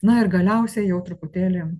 na ir galiausiai jau truputėlį